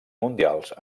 mundials